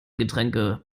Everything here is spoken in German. getränke